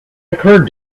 occurred